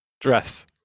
dress